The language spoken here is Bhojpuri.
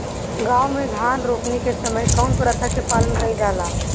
गाँव मे धान रोपनी के समय कउन प्रथा के पालन कइल जाला?